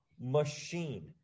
machine